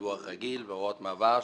דיווח רגיל והוראות מעבר,